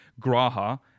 Graha